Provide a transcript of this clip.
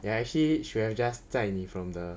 ya actually should have just 载你 from the